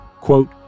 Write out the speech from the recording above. Quote